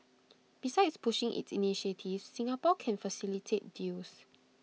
besides pushing its initiatives Singapore can facilitate deals